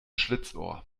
schlitzohr